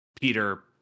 Peter